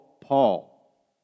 Paul